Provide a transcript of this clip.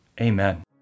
Amen